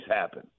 happen